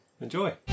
Enjoy